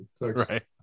Right